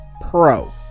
pro